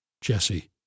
Jesse